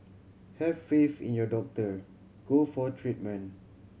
have faith in your doctor go for treatment